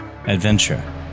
Adventure